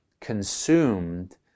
consumed